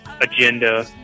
agenda